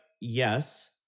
yes